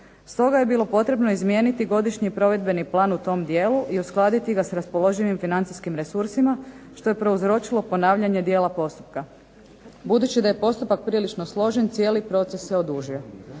Stoga je bilo potrebno izmijeniti godišnji provedbeni plan u tom dijelu, i uskladiti ga s raspoloživim financijskim resursima, što je prouzročilo ponavljanje dijela postupka. Budući da je postupak prilično složen, cijeli proces se odužio.